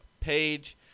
page